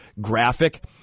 graphic